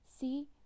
See